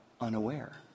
unaware